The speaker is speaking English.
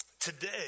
today